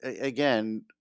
again